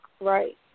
Right